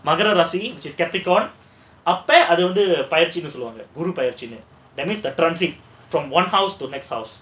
மகர ராசி அப்போ அது வந்து பெயர்ச்சினு சொல்லுவாங்க குரு பெயர்ச்சினு:magara rasi appo adhu vandhu peyarchinu solluvaanga guru peyarchinu that means the transit from one house to next house